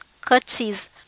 curtsies